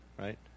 right